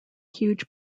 huge